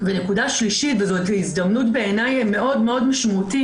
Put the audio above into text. ונקודה שלישית, וזאת הזדמנות בעיניי מאוד משמעותית